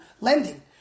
lending